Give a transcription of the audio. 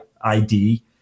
ID